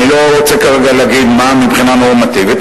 אני לא רוצה להגיד כרגע מה מבחינה נורמטיבית,